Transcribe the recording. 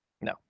No